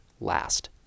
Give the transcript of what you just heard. last